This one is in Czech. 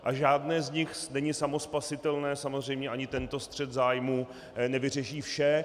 A žádné z nich není samospasitelné, samozřejmě ani tento střet zájmů nevyřeší vše.